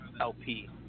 LP